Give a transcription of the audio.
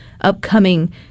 upcoming